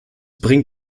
bringt